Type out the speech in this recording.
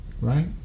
right